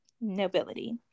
Nobility